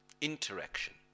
interaction